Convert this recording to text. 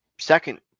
second